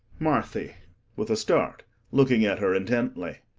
marthy with a start looking at her intently.